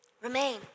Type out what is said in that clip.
Remain